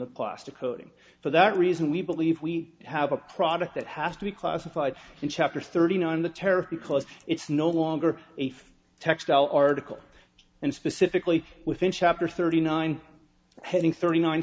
the plastic coating for that reason we believe we have a product that has to be classified in chapter thirteen on the tariff because it's no longer a five textile article and specifically within chapter thirty nine heading thirty nine